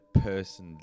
person